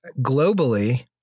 globally